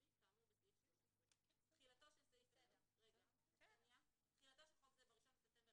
כאמור בסעיף 13. תחילה 16. תחילתו של חוק זה ב-1 בספטמבר,